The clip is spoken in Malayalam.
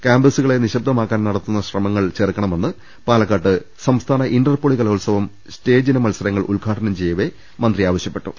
ക്യാമ്പസുകളെ നിശ്ബദമാക്കാൻ നടക്കുന്ന ശ്രമങ്ങൾ ചെറുക്കണമെന്ന് പാലക്കാട്ട് സംസ്ഥാന ഇന്റർപോളി കലോത്സവം സ്റ്റേജിന മത്സരങ്ങൾ ഉദ്ഘാടനം ചെയ്യവെ മന്ത്രി ആവശ്യപ്പെട്ടു